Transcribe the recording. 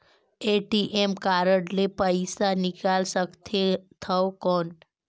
ATM card ले पइसा निकाल सकथे थव कौन?